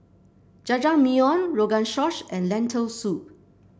Jajangmyeon Rogan Josh and Lentil Soup